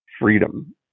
freedom